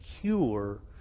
cure